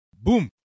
boom